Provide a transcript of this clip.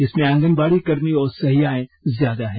इसमें आंगनबाड़ी कर्मी और सहियाएं ज्यादा हैं